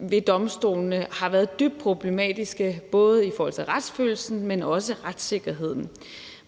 ved domstolene har været dybt problematiske, både i forhold til retsfølelsen, men også i forhold til retssikkerheden.